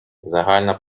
загальна